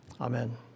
Amen